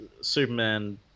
Superman